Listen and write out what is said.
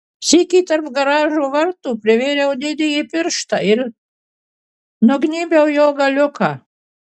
sykį tarp garažo vartų privėriau didįjį pirštą ir nugnybiau jo galiuką